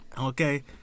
Okay